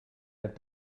have